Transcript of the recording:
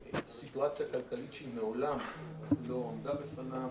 סיטואציה כלכלית שהיא מעולם לא עמדה בפניה.